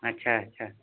अच्छा अच्छा